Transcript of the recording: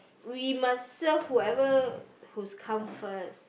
we must serve whoever who's come first